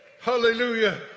Hallelujah